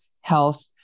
health